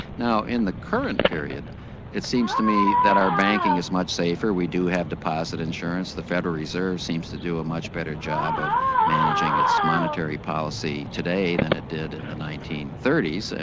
now in the current period it seems to me that our banking is much safer, we do have deposit insurance, the federal reserve seems to do a much better job of managing its monetary policy today than it did in the nineteen thirty so